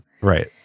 right